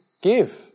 give